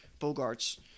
Bogarts